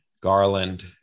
Garland